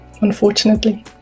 unfortunately